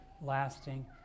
lasting